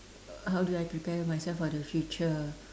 how do I prepare myself for the future